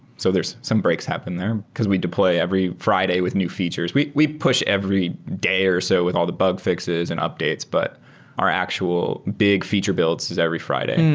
so some breaks happen there, because we deploy every friday with new features. we we push every day or so with all the bug fi xes and updates, but our actual big feature builds is every friday.